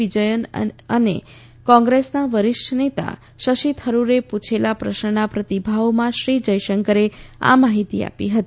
વિજયન અને કોંગ્રેસના વરિષ્ઠ નેતા શશી થરૂરે પૂછેલા પ્રશ્નના પ્રતિભાવોમાં શ્રી જયશંકરે આ માહિતી આપી હતી